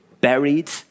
buried